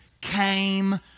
came